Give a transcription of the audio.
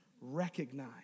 recognize